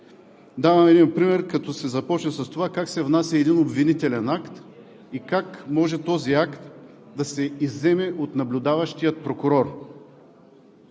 Давам един пример, като се започне с това как се внася един обвинителен акт и как може този акт да се изземе от наблюдаващия прокурор.